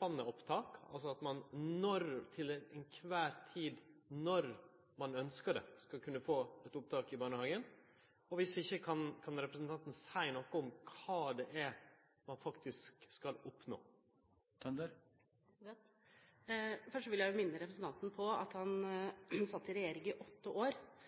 jamleg opptak, altså at ein når ein til kvar tid ønskjer det, skal kunne få opptak i barnehagen? Dersom ikkje, kan representanten seie noko om kva det er ein faktisk skal oppnå? Først vil jeg minne representanten på at han satt i regjering i åtte år